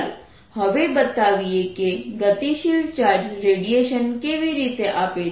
ચાલો હવે બતાવીએ કે ગતિશીલ ચાર્જ રેડિયેશન કેવી રીતે આપે છે